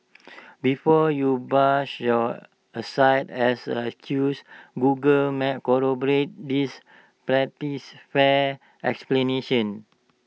before you brush your aside as an excuse Google maps corroborates this pretties fair explanation